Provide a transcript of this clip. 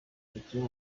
umukinnyi